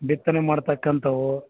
ಬಿತ್ತನೆ ಮಾಡತಕ್ಕಂಥವು